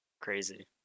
crazy